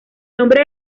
nombre